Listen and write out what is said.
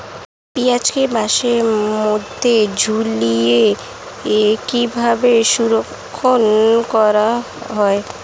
পেঁয়াজকে বাসের মধ্যে ঝুলিয়ে কিভাবে সংরক্ষণ করা হয়?